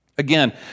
Again